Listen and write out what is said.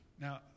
Now